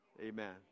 Amen